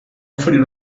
oferir